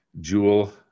Jewel